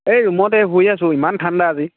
এই ৰুমতে শুই আছো ইমান ঠাণ্ডা আজি